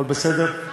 הכול בסדר?